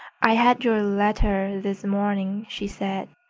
i had your letter this morning, she said.